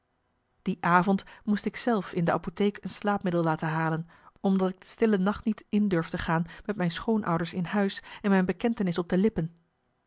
die avond moest ik zelf in de apotheek een slaapmiddel laten halen omdat ik de stille nacht niet in durfde gaan met mijn schoonouders in huis en mijn bekentenis op de lippen